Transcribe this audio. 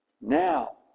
Now